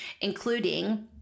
including